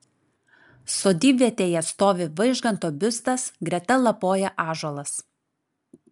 sodybvietėje stovi vaižganto biustas greta lapoja ąžuolas